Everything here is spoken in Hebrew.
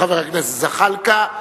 חבר הכנסת זחאלקה,